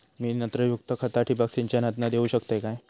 मी नत्रयुक्त खता ठिबक सिंचनातना देऊ शकतय काय?